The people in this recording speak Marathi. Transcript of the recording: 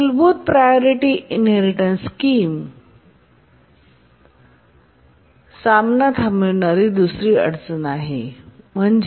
मूलभूत प्रायोरिटी इनहेरिटेन्स स्कीम सामना थांबविणारी दुसरी अडचण आहे